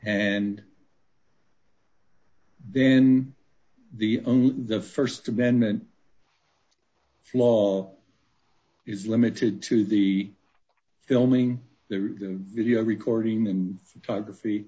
and then the only the st amendment flow is limited to the filming the video recording and photography